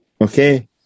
okay